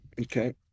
Okay